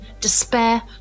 despair